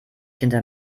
hinter